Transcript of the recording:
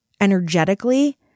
energetically